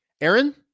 Aaron